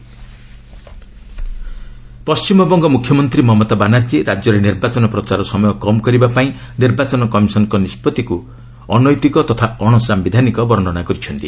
ମମତା W B Paschimbanga ମୁଖ୍ୟମନ୍ତ୍ରୀ ମମତା ବାନାର୍ଜୀ ରାଜ୍ୟରେ ନିର୍ବାଚନ ପ୍ରଚାର ସମୟ କମ୍ କରିବା ପାଇଁ ନିର୍ବାଚନ କମିଶନ୍ଙ୍କ ନିଷ୍ପଭିକୁ ଅନୈତିକ ତଥା ଅଣସାୟିଧାନିକ ବର୍ଷ୍ଣନା କରିଛନ୍ତି